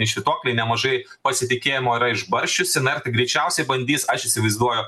švytuoklei nemažai pasitikėjimo yra išbarsčiusi na ir tai greičiausiai bandys aš įsivaizduoju